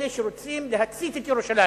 אלה שרוצים להצית את ירושלים